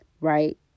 right